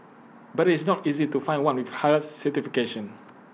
but its not easy to find one with Halal certification